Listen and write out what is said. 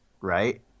right